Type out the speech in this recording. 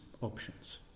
options